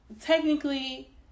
technically